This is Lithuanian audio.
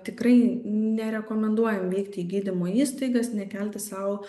tikrai nerekomenduojam vykti į gydymo įstaigas nekelti sau